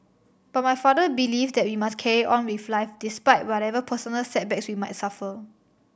but my father believes that we must carry on with life despite whatever personal setbacks we might suffer